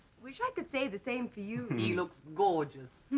wish i could say the same for you. he looks gorgeous